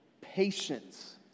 patience